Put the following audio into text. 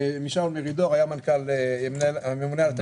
משאול מרידור, היה הממונה על התקציבים.